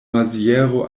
maziero